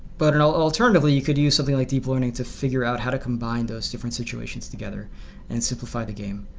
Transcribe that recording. but and alternatively you could use something like deep learning to figure out how to combine those different situations together and simplify the game.